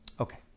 Okay